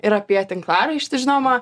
ir apie tinklaraištį žinoma